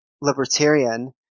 libertarian